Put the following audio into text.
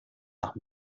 nach